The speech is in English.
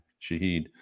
Shahid